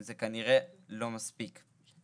זה כנראה לא מספיק.